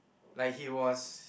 like he was